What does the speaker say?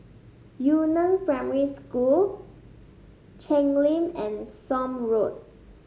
Yu Neng Primary School Cheng Lim and Somme Road